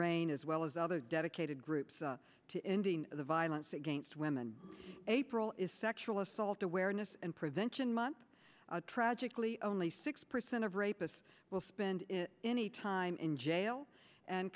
rain as well as other dedicated groups to ending the violence against women april is sexual assault aware this prevention month tragically only six percent of rapists will spend any time in jail and